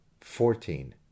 Fourteen